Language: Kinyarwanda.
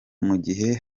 mugihe